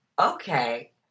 Okay